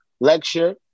lecture